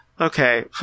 Okay